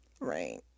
right